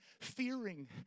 fearing